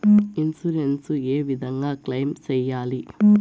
Insurance ఏ విధంగా claim సేయాలి?